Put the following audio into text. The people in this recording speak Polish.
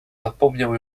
zapomniał